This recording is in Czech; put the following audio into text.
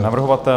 Navrhovatel?